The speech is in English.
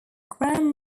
gram